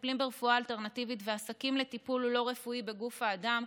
מטפלים ברפואה אלטרנטיבית ועסקים לטיפול לא רפואי בגוף האדם,